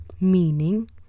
meaning